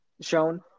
shown